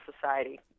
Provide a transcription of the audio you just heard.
society